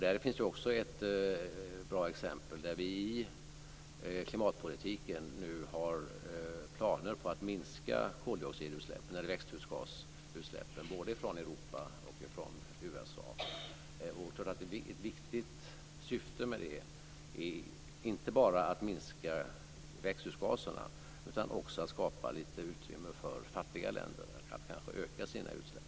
Där finns också ett bra exempel. När vi i klimatpolitiken nu har planer på att minska växthusgasutsläppen, både från Europa och från USA, är ett viktigt syfte inte bara att minska växthusgaserna utan också att skapa lite utrymme för fattiga länder att kanske öka sina utsläpp.